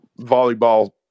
volleyball